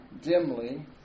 dimly